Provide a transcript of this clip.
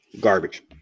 Garbage